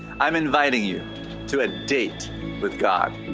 i'm inviting you to a date with god.